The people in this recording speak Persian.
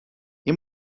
این